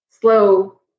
slow